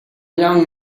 young